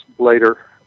Later